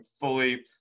fully